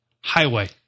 highway